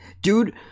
dude